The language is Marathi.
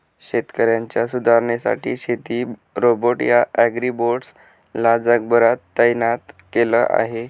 शेतकऱ्यांच्या सुधारणेसाठी शेती रोबोट या ॲग्रीबोट्स ला जगभरात तैनात केल आहे